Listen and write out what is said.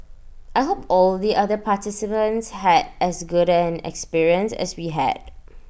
I hope all the other participants had as good an experience as we had